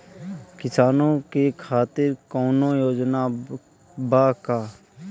किसानों के खातिर कौनो योजना बा का?